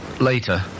later